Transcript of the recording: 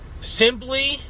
simply